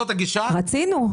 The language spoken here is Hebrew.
רצינו.